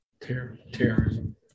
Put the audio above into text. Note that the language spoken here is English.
Terrorism